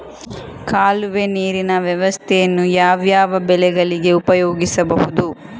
ಕಾಲುವೆ ನೀರಿನ ವ್ಯವಸ್ಥೆಯನ್ನು ಯಾವ್ಯಾವ ಬೆಳೆಗಳಿಗೆ ಉಪಯೋಗಿಸಬಹುದು?